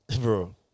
bro